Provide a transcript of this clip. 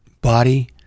body